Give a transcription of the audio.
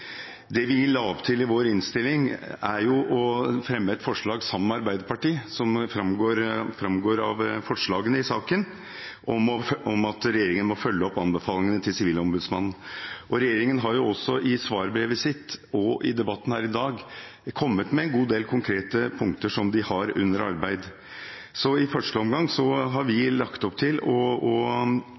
Det vi la opp til i innstillingen, var å fremme et forslag sammen med Arbeiderpartiet – som det framgår av forslagene i saken – om at regjeringen må følge opp anbefalingene til Sivilombudsmannen. Regjeringen har også i svarbrevet og i debatten her i dag kommet med en god del konkrete punkter som de har under arbeid. Så i første omgang har vi lagt opp til å gå for det forslaget vi har fremmet sammen med Arbeiderpartiet, om å